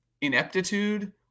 ineptitude